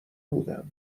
بودم